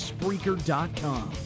Spreaker.com